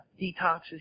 detoxes